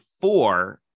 four